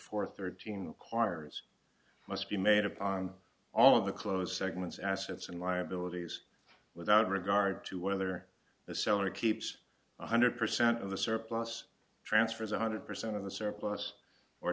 for thirteen cars must be made upon all of the close segments assets and liabilities without regard to whether the seller keeps one hundred percent of the surplus transfers one hundred percent of the surplus or